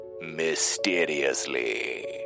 mysteriously